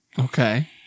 Okay